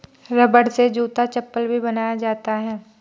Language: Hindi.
रबड़ से जूता चप्पल भी बनाया जाता है